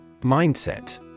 Mindset